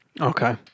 Okay